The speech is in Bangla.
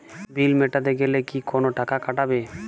বিল মেটাতে গেলে কি কোনো টাকা কাটাবে?